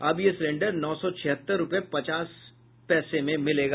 अब ये सिलेंडर नौ सौ छिहत्तर रूपये पचास पैसे में मिलेगा